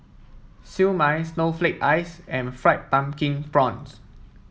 Siew Mai Snowflake Ice and Fried Pumpkin Prawns